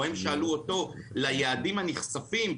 או שהם שאלו אותו איך מגיעים ליעדים הנכספים,